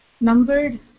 numbered